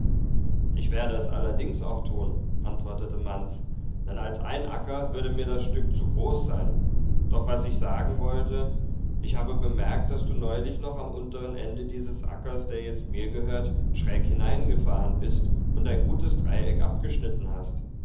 ich werde es allerdings auch tun antwortete manz denn als ein acker würde mir das stück zu groß sein doch was ich sagen wollte ich habe bemerkt daß du neulich noch am unteren ende dieses ackers der jetzt mir gehört schräg hineingefahren bist und ein gutes dreieck abgeschnitten hast